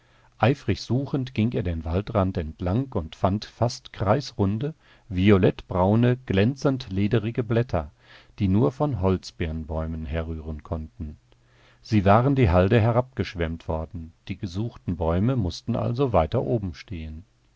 eifrig suchend ging er den waldrand entlang und fand fast kreisrunde violettbraune glänzend lederige blätter die nur von holzbirnbäumen herrühren konnten sie waren die halde herabgeschwemmt worden die gesuchten bäume mußten also weiter oben stehen